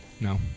No